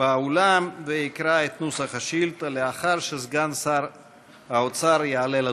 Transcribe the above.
באולם ויקרא את נוסח השאילתה לאחר שסגן שר האוצר יעלה לדוכן.